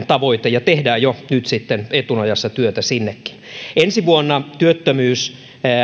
tavoite ja tehdään jo nyt sitten etunojassa työtä sinnekin ensi vuonna työttömyys